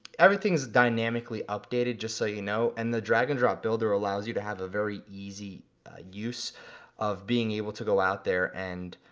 everything's dynamically updated just so you know. and the drag and drop builder allows you to have a very easy use of being able to go out there and